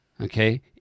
Okay